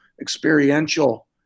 experiential